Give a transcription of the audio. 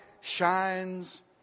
shines